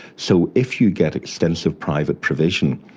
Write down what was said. so if you get extensive private provision,